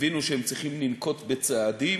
הבינו שהם צריכים לנקוט צעדים,